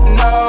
no